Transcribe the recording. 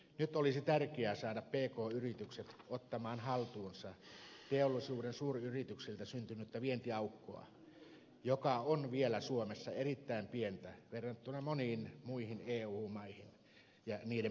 nyt olisi tärkeää saada pk yritykset ottamaan haltuunsa teollisuuden suuryrityksiltä syntynyttä vientiaukkoa joka on vielä suomessa erittäin pieni verrattuna moniin muihin eu maihin ja niiden pk yrityksiin